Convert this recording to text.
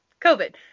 COVID